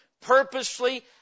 purposely